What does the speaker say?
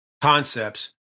concepts